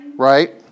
right